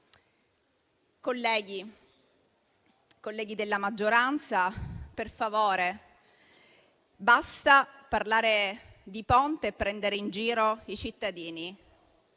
Colleghi della maggioranza, per favore, basta parlare di Ponte e prendere in giro i cittadini.